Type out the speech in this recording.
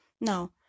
Now